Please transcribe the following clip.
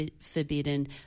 forbidden